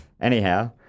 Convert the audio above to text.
anyhow